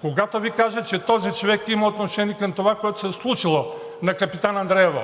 когато Ви кажа, че този човек има отношение към това, което се е случило на Капитан Андреево?!